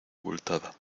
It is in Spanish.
abultada